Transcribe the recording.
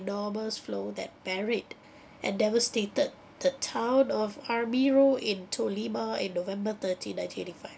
enormous flow that buried and devastated the town of armero in tolima in november thirteen nineteen eighty five